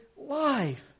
life